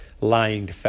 Lying